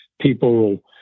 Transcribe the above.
people